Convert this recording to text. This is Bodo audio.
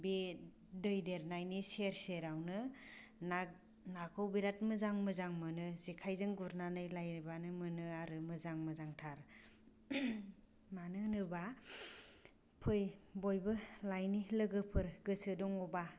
बे दै देरनायनि सेर सेरावनो ना नाखौ बिराद मोजां मोजां मोनो जेखाइजों गुरनानै लायबानो मोनो आरो मोजां मोजांथार मानो होनोबा फै बयबो लायनि लोगोफोर गोसो दङब्ला